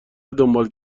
دنبال